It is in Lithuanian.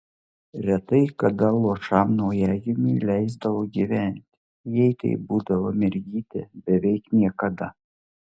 retai kada luošam naujagimiui leisdavo gyventi jei tai būdavo mergytė beveik niekada